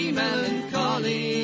melancholy